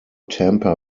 tampa